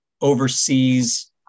oversees